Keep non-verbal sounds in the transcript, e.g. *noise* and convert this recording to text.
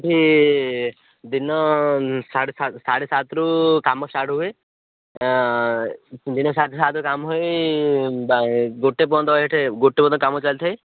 ଏଠି ଦିନ ସାଢ଼େ ସାତ ସାଢ଼େ ସାତରୁ କାମ ଷ୍ଟାର୍ଟ୍ ହୁଏ ଦିନ *unintelligible* ଗୋଟେ ପର୍ଯ୍ୟନ୍ତ ଏଠି ଗୋଟେ ପର୍ଯନ୍ତ ଏଠି କାମ ଚାଲିଥାଇ